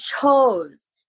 chose